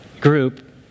group